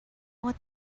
what